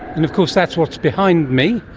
and of course that's what's behind me.